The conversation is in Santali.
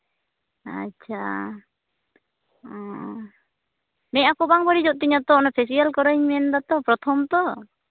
ᱟᱪᱪᱷᱟ ᱚ ᱢᱮᱸᱫᱦᱟ ᱠᱚ ᱵᱟᱝ ᱵᱟᱹᱲᱤᱡᱚᱜ ᱛᱤᱧᱟᱹ ᱛᱚ ᱚᱱᱟ ᱯᱷᱮᱥᱤᱭᱟᱞ ᱠᱚᱨᱟᱣ ᱤᱧ ᱢᱮᱱᱫᱟ ᱯᱨᱚᱛᱷᱚᱢ ᱛᱚ